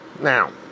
now